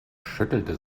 schüttelte